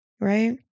right